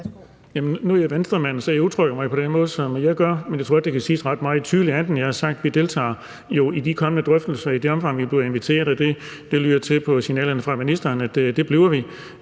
nu er jeg Venstremand, så jeg udtrykker mig på den måde, som jeg gør. Men jeg tror ikke, det kan siges ret meget tydeligere end det, jeg har sagt, altså at vi jo deltager i de kommende drøftelser i det omfang, vi bliver inviteret – og det lyder på signalerne fra ministeren til, at det bliver vi